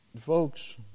Folks